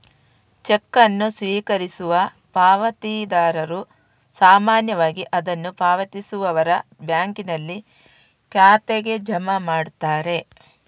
check ಅನ್ನು ಸ್ವೀಕರಿಸುವ ಪಾವತಿದಾರರು ಸಾಮಾನ್ಯವಾಗಿ ಅದನ್ನು ಪಾವತಿಸುವವರ ಬ್ಯಾಂಕಿನಲ್ಲಿ ಖಾತೆಗೆ ಜಮಾ ಮಾಡುತ್ತಾರೆ